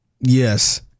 Yes